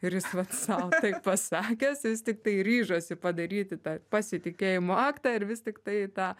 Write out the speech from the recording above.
ir jis vat sau taip pasakęs vis tiktai ryžosi padaryti tą pasitikėjimo aktą ir vis tiktai tą